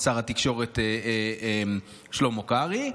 שר התקשורת שלמה קרעי,